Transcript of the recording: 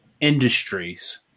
industries